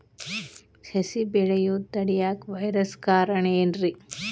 ಸಸಿ ಬೆಳೆಯುದ ತಡಿಯಾಕ ವೈರಸ್ ಕಾರಣ ಏನ್ರಿ?